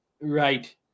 right